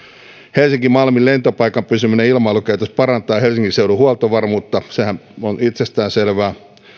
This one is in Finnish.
helsinki malmin lentopaikan pysyminen ilmailukäytössä parantaa helsingin seudun huoltovarmuutta sehän on itsestäänselvää